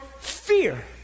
Fear